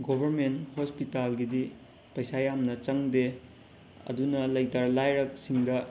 government ꯍꯣꯁꯄꯤꯇꯥꯜꯒꯤꯗꯤ ꯄꯩꯁꯥ ꯌꯥꯝꯅ ꯆꯪꯗꯦ ꯑꯗꯨꯅ ꯂꯩꯇ ꯂꯥꯏꯔꯁꯤꯡꯗ